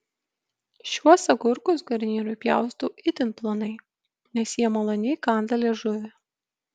šiuos agurkus garnyrui pjaustau itin plonai nes jie maloniai kanda liežuvį